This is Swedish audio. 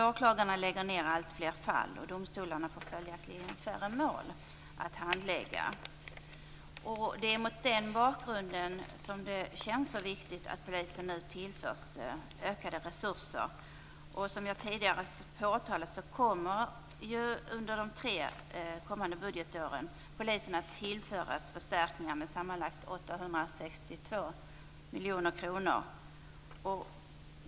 Åklagarna lägger ned alltfler fall, och domstolarna får följaktligen färre mål att handlägga. Det är mot den bakgrunden det känns så viktigt att polisen nu tillförs ökade resurser. Som jag tidigare påtalade kommer ju polisen att tillföras förstärkningar med sammanlagt 862 miljoner kronor under de tre kommande budgetåren.